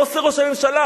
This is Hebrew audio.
מה עושה ראש הממשלה?